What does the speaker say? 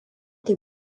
tai